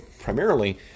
primarily